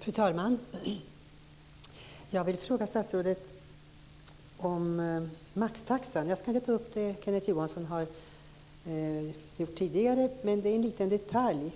Fru talman! Jag vill fråga statsrådet om maxtaxan. Kenneth Johansson har tidigare talat här men jag vill ta upp en liten detalj.